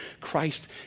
Christ